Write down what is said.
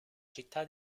città